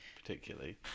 particularly